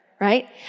right